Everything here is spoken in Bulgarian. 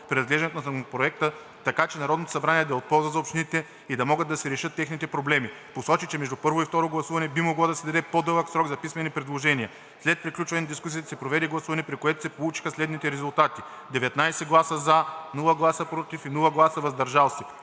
при разглеждане на Законопроекта, така че Народното събрание да е от полза за общините и да могат да се решат техните проблеми. Посочи, че между първо и второ гласуване би могло да се даде по-дълъг срок за писмени предложения. След приключване на дискусията се проведе гласуване, при което се получиха следните резултати: 19 гласа „за“, без „против“ и „въздържал се“.